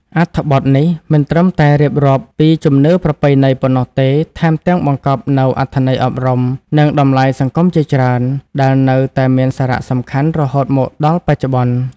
អត្ថបទនេះ មិនត្រឹមតែរៀបរាប់ពីជំនឿប្រពៃណីប៉ុណ្ណោះទេ ថែមទាំងបង្កប់នូវអត្ថន័យអប់រំ និងតម្លៃសង្គមជាច្រើន ដែលនៅតែមានសារៈសំខាន់រហូតមកដល់បច្ចុប្បន្ន។